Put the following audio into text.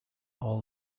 all